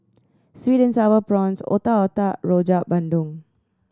sweet and Sour Prawns Otak Otak Rojak Bandung